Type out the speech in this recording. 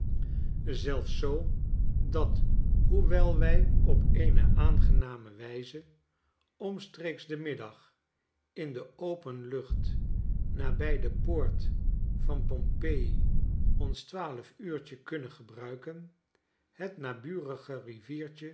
zelfs zoo dat hoewel wij op eene aangename wijze omstreeks den middag in de open lucht nabij de poort van p o m p e j i ons twaalf-uurtje kunnen gebruiken